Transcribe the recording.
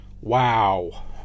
wow